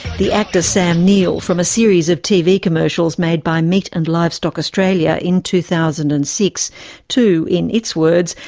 the actor, sam neill from a series of tv commercials made by meat and livestock australia in two thousand and six to, in its words,